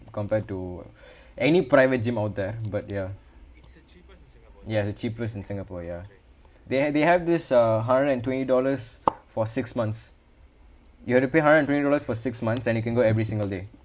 compared to any private gym out there but ya ya the cheapest in singapore ya they they have this uh hundred and twenty dollars for six months you have to pay hundred and twenty dollars for six months and you can go every single day